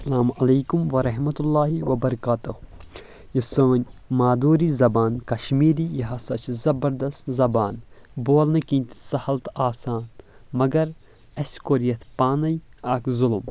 السلام عليكم ورحمة الله وبركاته یُس سٲنۍ مادوٗری زبان کشمیٖری یہِ ہسا چھِ زبردست زبان بولنہٕ کِنۍ سہل تہٕ آسان مگر اسہِ کوٚر یتھ پانے اکھ ظلُم